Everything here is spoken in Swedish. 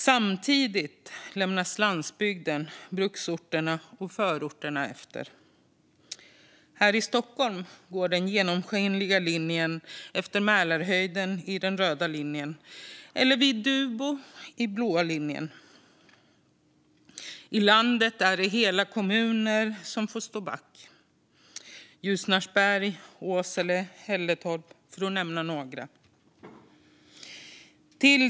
Samtidigt lämnas landsbygden, bruksorterna och förorterna efter. Här i Stockholm går den genomskinliga linjen efter Mälarhöjden på den röda linjen och vid Duvbo på den blå linjen. I landet är det hela kommuner som får stå tillbaka - Ljusnarsberg, Åsele och Hälletorp för att nämna några.